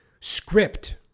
Script